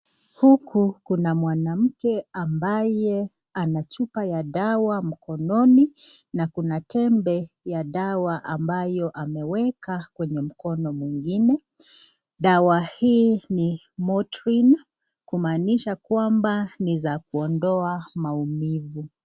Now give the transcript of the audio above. Huko kuna mwanamke ambaye ana chupa ya dawa mikononi, na kuna tempe ya dawa ambayo ameweka kwenye mkono mwingine, dawa hii ni motrin kumanisha kwamba ni za kuondoa maumivu.